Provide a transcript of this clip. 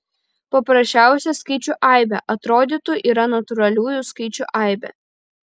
paprasčiausia skaičių aibė atrodytų yra natūraliųjų skaičių aibė